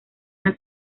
las